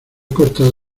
cortado